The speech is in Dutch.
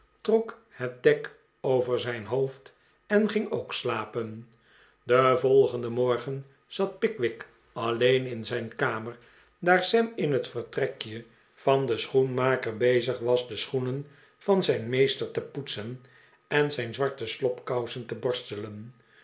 trok het dek over zijn hoofd en ging ook slapen den volgenden morgen zat pickwick alleen in zijn kamer daar sam in het vertrekje van den schoenmaker bezig was de schoenen van zijn meester te poetsen en zijn zwarte slobkousen te borstelen